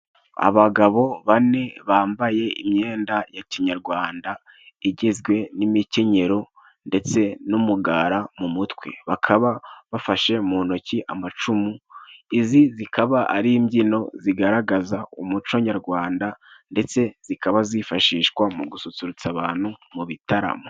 Abagabo bane bambaye imyenda ya kinyarwanda, igizwe n'imikenyero ndetse n'umugara mu mutwe bakaba bafashe mu ntoki amacumu, izi zikaba ari imbyino zigaragaza umuco nyarwanda ndetse zikaba zifashishwa mu gususurutsa abantu mu bitaramo.